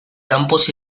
campos